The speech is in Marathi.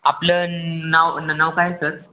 आपलं नाव न नाव काय सर